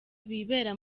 bibera